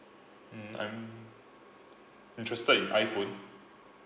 mm I'm interested in iphone